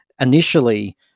initially